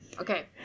okay